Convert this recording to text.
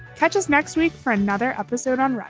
catch us next week for another episode on